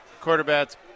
quarterback's